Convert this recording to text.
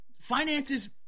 finances